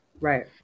Right